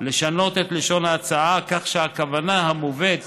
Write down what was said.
לשנות את לשון ההצעה כך שהכוונה המובאת